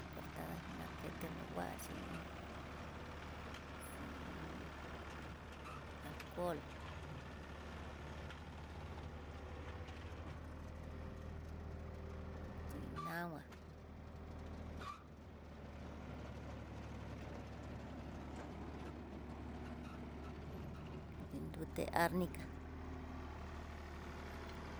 Cortada nakeno nguaxhin xhin alcohol xhin nama, xhin nruté arnika.